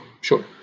sure